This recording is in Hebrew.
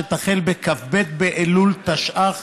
שתחל בכ"ב באלול תשע"ח,